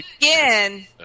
again